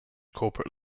corporate